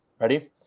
Ready